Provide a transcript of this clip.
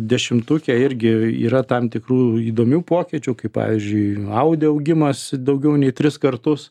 dešimtuke irgi yra tam tikrų įdomių pokyčių kaip pavyzdžiui audi augimas daugiau nei tris kartus